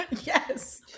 Yes